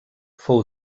fou